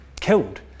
killed